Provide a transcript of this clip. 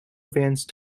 advanced